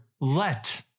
let